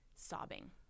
sobbing